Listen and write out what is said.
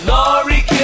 Laurie